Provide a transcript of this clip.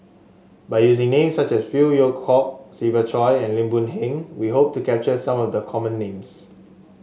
by using names such as Phey Yew Kok Siva Choy and Lim Boon Heng we hope to capture some of the common names